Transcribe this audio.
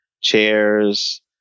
chairs